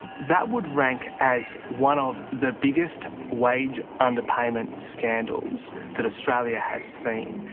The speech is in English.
that would rank as one of the biggest wage underpayment scandals that australia has seen,